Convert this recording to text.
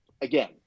Again